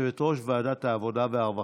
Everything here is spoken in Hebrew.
יושבת-ראש ועדת העבודה והרווחה.